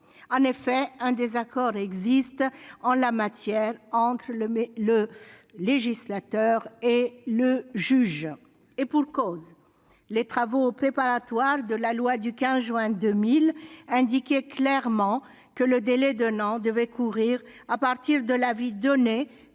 En effet, un désaccord existe en la matière entre le législateur et le juge. Et pour cause : les travaux préparatoires de la loi du 15 juin 2000 indiquaient clairement que le délai d'un an devait courir à partir de l'avis donné